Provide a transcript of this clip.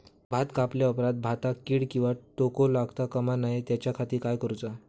भात कापल्या ऑप्रात भाताक कीड किंवा तोको लगता काम नाय त्याच्या खाती काय करुचा?